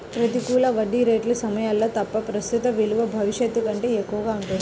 ప్రతికూల వడ్డీ రేట్ల సమయాల్లో తప్ప, ప్రస్తుత విలువ భవిష్యత్తు కంటే ఎక్కువగా ఉంటుంది